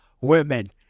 women